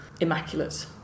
immaculate